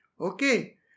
Okay